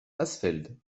asfeld